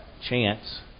chance